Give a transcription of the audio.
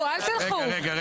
נמנע?